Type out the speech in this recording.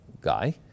guy